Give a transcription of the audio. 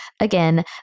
Again